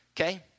Okay